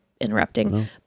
interrupting